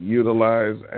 utilize